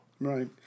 Right